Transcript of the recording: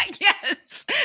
Yes